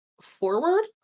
forward